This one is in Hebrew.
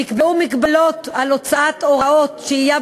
נקבעו מגבלות על הוצאת הוראות שהייה